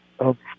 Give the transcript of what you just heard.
Okay